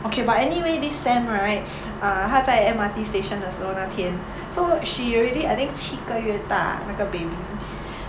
okay but anyway this sam right err 她在 M_R_T station 的时候那天 so she already I think 七个月大那个 baby